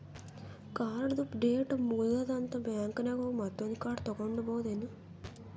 ಕಾರ್ಡ್ದು ಡೇಟ್ ಮುಗದೂದ್ ಅಂತ್ ಬ್ಯಾಂಕ್ ನಾಗ್ ಹೋಗಿ ಮತ್ತೊಂದ್ ಕಾರ್ಡ್ ತಗೊಂಡ್ ಬರ್ಬಹುದ್